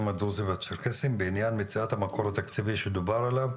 הדרוזים והצ'רקסיים בעניין מציאת המקור התקציבי שדובר עליו,